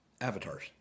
avatars